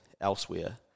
elsewhere